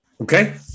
Okay